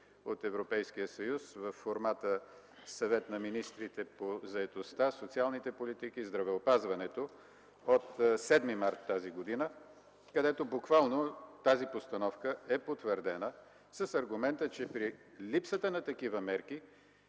от Европейския съюз във формáта „Съвет на министрите по заетостта, социалните политики и здравеопазването” от 7 март т.г., където буквално тази постановка е потвърдена с аргумента, че при липсата на такива мерки